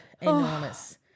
enormous